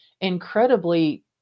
incredibly